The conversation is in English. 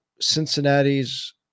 cincinnati's